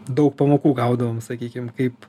daug pamokų gaudavom sakykim kaip